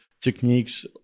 techniques